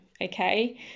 okay